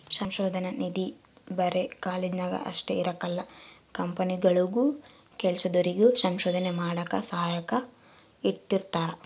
ಸಂಶೋಧನಾ ನಿಧಿ ಬರೆ ಕಾಲೇಜ್ನಾಗ ಅಷ್ಟೇ ಇರಕಲ್ಲ ಕಂಪನಿಗುಳಾಗೂ ಕೆಲ್ಸದೋರಿಗೆ ಸಂಶೋಧನೆ ಮಾಡಾಕ ಸಹಾಯಕ್ಕ ಇಟ್ಟಿರ್ತಾರ